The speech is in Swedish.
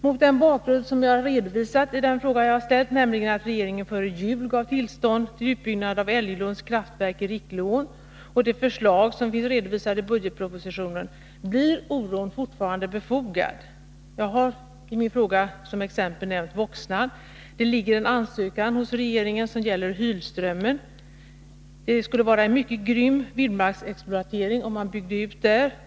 Mot den bakgrund som jag har redovisat i min fråga, nämligen att regeringen före jul gav tillstånd till utbyggnad av Älglunds kraftverk i Rickleån samt de förslag som finns redovisade i budgetpropositionen, är oron fortfarande befogad. Jag har i frågan som exempel nämnt Voxnan. Det ligger en ansökan hos regeringen som gäller Hylströmmen. En utbyggnad där skulle innebära en mycket grym vildmarksexploatering.